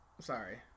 Sorry